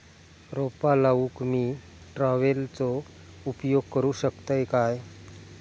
रोपा लाऊक मी ट्रावेलचो उपयोग करू शकतय काय?